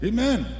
Amen